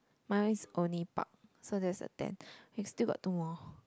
my one's only park so that's the ten okay still got two more